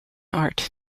art